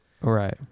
Right